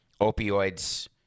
opioids